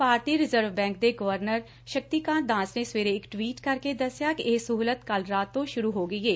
ਭਾਰਤੀ reserve bank ਦੇ governor Shaktikanta Das ਨੇ ਸਵੇਰੇ ਇਕ ਟਵੀਟ ਕਰਕੇ ਦਸਿਆ ਕਿ ਇਹ ਸਹੁਲਤ ਕੱਲ ਰਾਤ ਤੋਂ ਸੁਰੁ ਹੋ ਗਈ ਏ